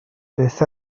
byth